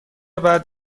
بعد